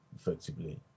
effectively